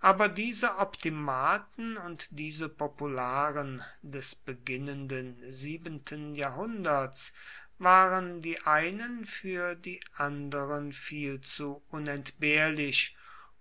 aber diese optimaten und diese popularen des beginnenden siebenten jahrhunderts waren die einen für die andern viel zu unentbehrlich